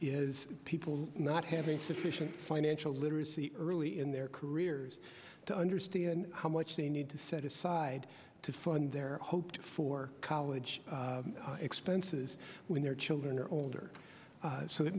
is people not having sufficient financial literacy early in their careers to understand how much they need to set aside to fund their hoped for college expenses when their children are older so that